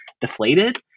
deflated